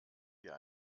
wir